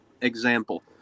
example